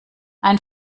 ein